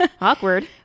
Awkward